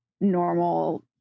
normal